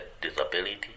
disability